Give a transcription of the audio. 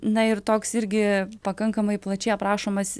na ir toks irgi pakankamai plačiai aprašomas